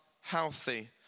healthy